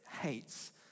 hates